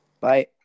Bye